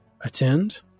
attend